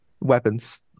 Weapons